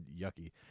yucky